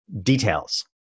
details